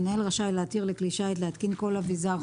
המנהל רשאי להתיר לכלי שיט להתקין כל אבזר,